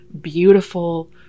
beautiful